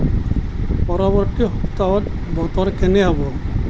পৰৱৰ্তী সপ্তাহত বতৰ কেনে হ'ব